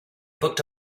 booked